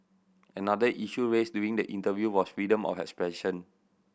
another issue raised during the interview was freedom of expression